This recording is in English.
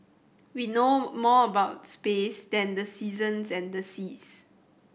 we know more about space than the seasons and the seas